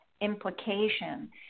implication